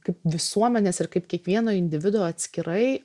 kaip visuomenės ir kaip kiekvieno individo atskirai